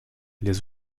les